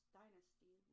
dynasty